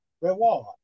reward